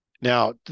Now